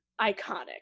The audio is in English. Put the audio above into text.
iconic